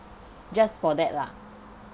just for that lah